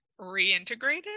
reintegrated